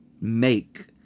make